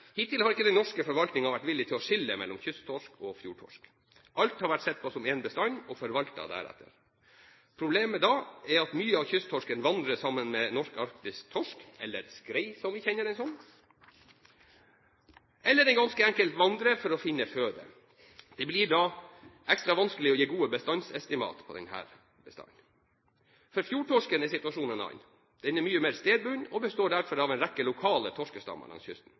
Hittil har ikke den norske forvaltningen vært villig til å skille mellom kysttorsk og fjordtorsk. Alt har vært sett på som én bestand og forvaltet deretter. Problemet da er at mye av kysttorsken vandrer sammen med norsk-arktisk torsk, eller skrei som vi kjenner den som, eller den ganske enkelt vandrer for å finne føde. Det blir da ekstra vanskelig å gi gode estimater på denne bestanden. For fjordtorsken er situasjonen en annen. Den er mye mer stedbunden og består derfor av en rekke lokale torskestammer langs kysten.